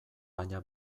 baina